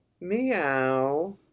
Meow